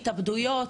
התאבדויות,